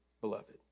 beloved